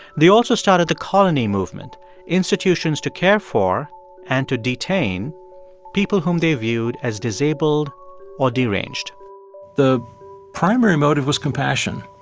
also started the colony movement institutions to care for and to detain people whom they viewed as disabled or deranged the primary motive was compassion.